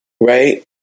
Right